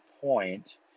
point